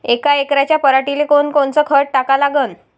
यका एकराच्या पराटीले कोनकोनचं खत टाका लागन?